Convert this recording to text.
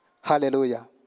Hallelujah